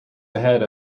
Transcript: ahead